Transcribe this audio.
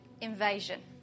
invasion